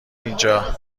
اینجا